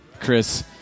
Chris